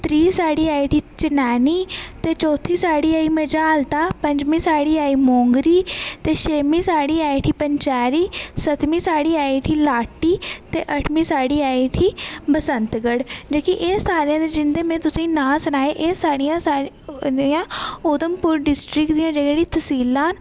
त्री साढ़ी आई उठी चनैनी ते चौथी साढ़ी आई मजालता पंजमी साढ़ी आई मोंगरी ते छेमीं साढ़ी आई उठी पंचैरी सतमीं साढ़ी आई उठी लाटी ते अठमीं साढ़ी आई उठी बसन्तगढ़ जेह्की एह् सारें दे जिं'दे मै तुसेंगी नांऽ सनाए एह् साढ़ियां उधुमपुर डिस्ट्रिक्ट दियां जेह्ड़ियां तसीलां न